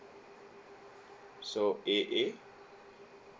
so A A